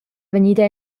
vegnida